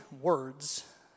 words